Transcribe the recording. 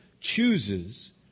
chooses